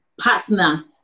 partner